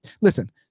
listen